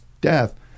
death